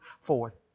forth